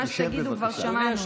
מה שתגידו כבר שמענו.